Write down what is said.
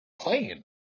plane